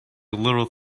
little